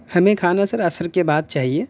ہمیں کھانا سر عصر کے بعد چاہیے